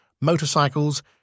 motorcycles